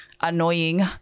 Annoying